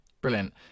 Brilliant